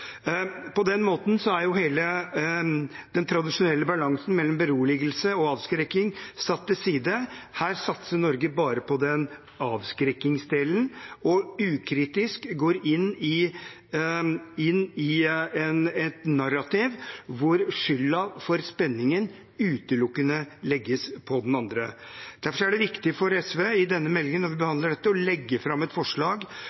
På den måten er jo hele den tradisjonelle balansen mellom beroligelse og avskrekking satt til side. Her satser Norge bare på avskrekkingsdelen og går ukritisk inn i et narrativ hvor skylden for spenningen utelukkende legges på den andre. Derfor er det viktig for SV i forbindelse med denne meldingen, når vi